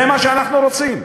זה מה שאנחנו רוצים?